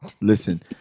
Listen